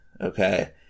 Okay